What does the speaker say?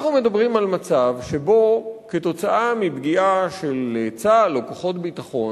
אנחנו מדברים על מצב שבו עקב פגיעה של צה"ל או כוחות ביטחון,